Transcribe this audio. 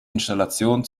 installation